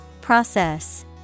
Process